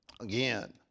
again